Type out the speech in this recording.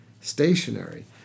stationary